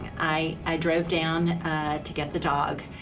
i drove down to get the dog.